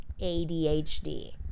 ADHD